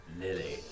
Lily